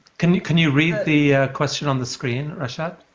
can you can you read the question on the screen, rashad?